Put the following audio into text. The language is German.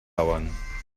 dauern